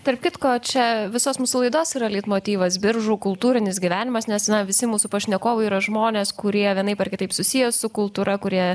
tarp kitko čia visos mūsų laidos yra leitmotyvas biržų kultūrinis gyvenimas nes na visi mūsų pašnekovai yra žmonės kurie vienaip ar kitaip susiję su kultūra kurie